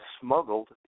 smuggled